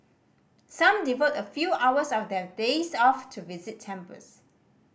some devote a few hours of their days off to visit temples